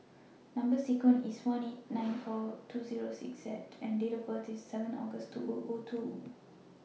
Number sequence IS S one eight nine four two Zero six Z and Date of birth IS seven August two O O two